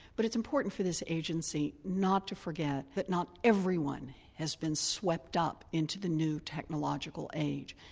but it's important for this agency not to forget that not everyone has been swept up into the new technological age.